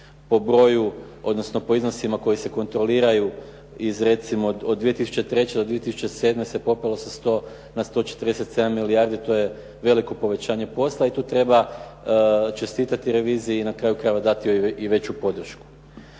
po broju, odnosno po iznosima koji se kontroliraju. Iz recimo od 2003. do 2007. se popelo sa 100 na 147 milijardi. To je veliko povećanje posla i tu treba čestitati reviziji i na kraju krajeva dati joj i veću podršku.